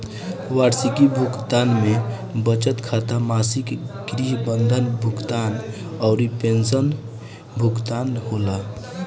वार्षिकी भुगतान में बचत खाता, मासिक गृह बंधक भुगतान अउरी पेंशन भुगतान होला